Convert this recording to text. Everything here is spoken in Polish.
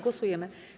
Głosujemy.